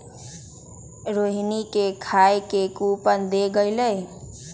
रोहिणी के खाए के कूपन देल गेलई